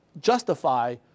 justify